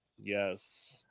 Yes